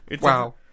Wow